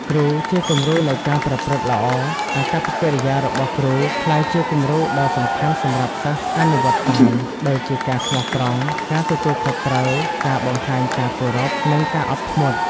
គ្រូជាគំរូនៃការប្រព្រឹត្តល្អអាកប្បកិរិយារបស់គ្រូ ក្លាយជាគំរូដ៏សំខាន់សម្រាប់សិស្សអនុវត្តតាម ដូចជាការស្មោះត្រង់ ការទទួលខុសត្រូវ ការបង្ហាញការគោរព និងការអត់ធ្មត់។